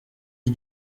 iki